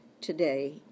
today